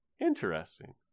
Interesting